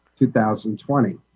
2020